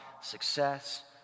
success